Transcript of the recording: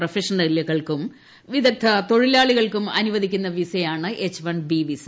പ്രൊഫഷണലുകൾക്കും വിദഗ്ദ്ധ തൊഴിലാളികൾക്കും അനുവദിക്കുന്ന വിസയാണ് എച്ച് വൺ ബി വിസ